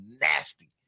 nasty